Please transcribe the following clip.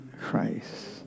Christ